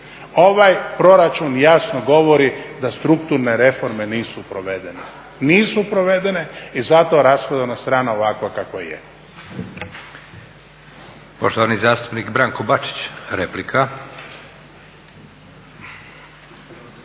Ovaj proračun jasno govori da strukturne reforme nisu provedene, nisu provedene i zato je rashodovna strana ovakva kakva je.